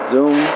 Zoom